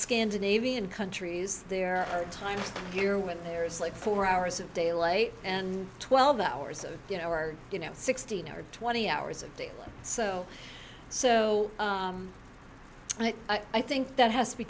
scandinavian countries there are times here when there's like four hours of daylight and twelve hours of you know or you know sixteen or twenty hours a day so so i think that has to be